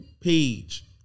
page